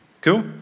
Cool